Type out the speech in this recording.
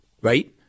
right